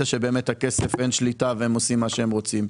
שבאמת אין שליטה על הכסף והם עושים מה שהם רוצים.